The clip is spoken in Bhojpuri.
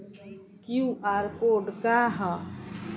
क्यू.आर कोड का ह?